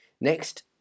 Next